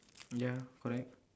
ya correct